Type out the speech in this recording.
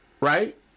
Right